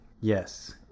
Yes